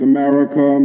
America